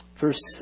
Verse